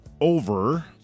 over